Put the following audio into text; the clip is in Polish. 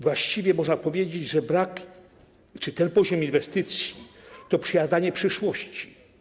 Właściwie można powiedzieć, że brak... że ten poziom inwestycji to przejadanie przyszłości.